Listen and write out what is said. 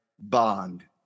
bond